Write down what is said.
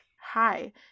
hi